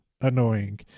annoying